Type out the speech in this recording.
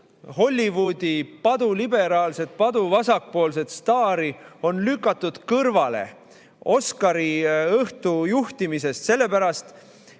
Hollywoodi paduliberaalset paduvasakpoolset staari on lükatud kõrvale Oscari õhtu juhtimisest sellepärast,